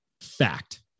fact